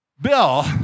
Bill